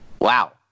Wow